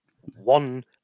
One